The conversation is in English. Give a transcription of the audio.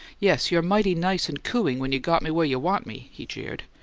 yes, you're mighty nice and cooing when you got me where you want me, he jeered.